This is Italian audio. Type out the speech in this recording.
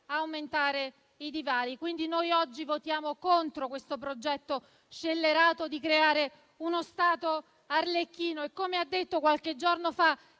MoVimento 5 Stelle oggi votiamo contro questo progetto scellerato di creare uno Stato arlecchino e, come ha detto qualche giorno fa